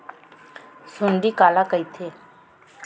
सुंडी काला कइथे?